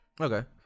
Okay